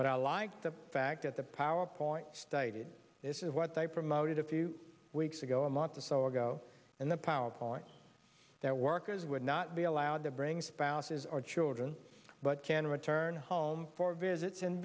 but i like the fact that the power point stated this is what they promoted a few weeks ago a month or so ago and the power point that workers would not be allowed to bring spouses or children but can return home for visits